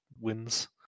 wins